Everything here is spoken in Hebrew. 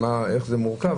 איך זה מורכב,